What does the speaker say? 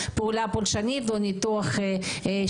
הידע הכללי בנוירולוגיה, את האקדמיה בנוירולוגיה.